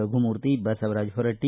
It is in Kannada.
ರಘುಮೂರ್ತಿ ಬಸವರಾಜ ಹೊರಟ್ಟ